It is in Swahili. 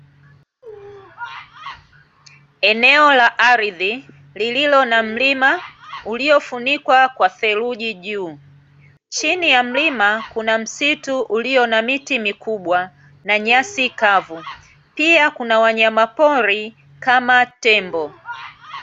Eneo la ardhi lililo na mlima uliofunikwa kwa theluji juu. Chini ya mlima kuna msitu ulio na miti mikubwa na nyasi kavu. pia kuna wanyama pori kama tembo.